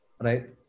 right